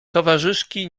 towarzyszki